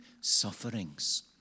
sufferings